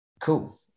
cool